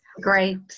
Great